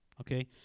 Okay